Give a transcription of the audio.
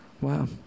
Wow